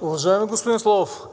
Уважаеми господин Славов,